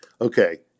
Okay